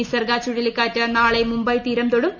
നിസർഗ ചുഴലിക്കാറ്റ് നാളെ മുംബൈ തീരം തൊടും